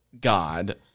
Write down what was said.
God